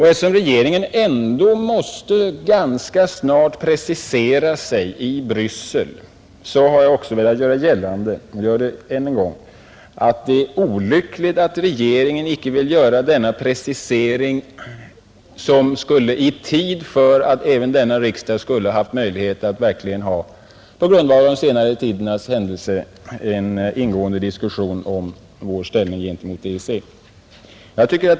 Eftersom regeringen ganska snart måste precisera sig i Bryssel har jag velat göra gällande, och jag gör det än en gång, att det är olyckligt att regeringen inte velat göra denna precisering i tid för att även denna riksdag skulle ha haft möjlighet att på grundval av den senaste tidens händelser grundligt diskutera vårt ställningstagande gentemot EEC.